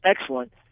excellent